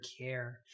care